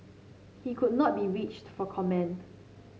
he could not be reached for comment